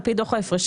על פי דוח ההפרשים,